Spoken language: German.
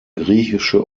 griechische